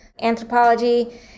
anthropology